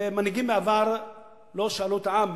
מנהיגים בעבר לא שאלו את העם.